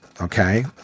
Okay